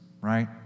right